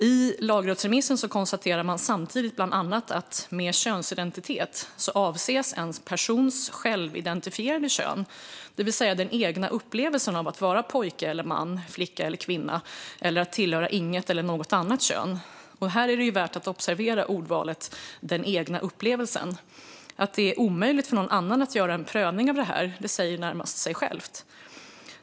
I lagrådsremissen konstateras samtidigt bland annat att med könsidentitet avses en persons självidentifierade kön, det vill säga den egna upplevelsen av att vara pojke eller man, flicka eller kvinna eller att tillhöra inget eller något annat kön. Här är det värt att observera ordvalet "den egna upplevelsen". Att det är omöjligt för någon annan att göra en prövning av detta säger närmast sig självt.